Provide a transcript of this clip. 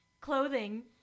Clothing